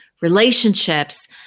relationships